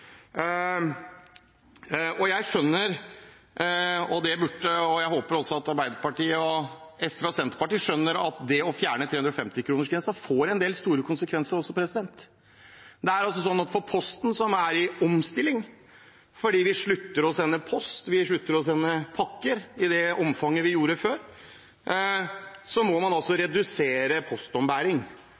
Jeg skjønner – og jeg håper at også Arbeiderpartiet, SV og Senterpartiet skjønner – at det å fjerne 350-kronersgrensen får en del store konsekvenser. Posten – som er i omstilling fordi vi slutter å sende post, vi slutter å sende pakker i det omfanget vi gjorde før – må redusere postombæringen. Jeg tror vel at hvis man skal drive med postombæring